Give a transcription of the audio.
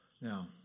Now